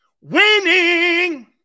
Winning